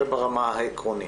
זה ברמה העקרונית.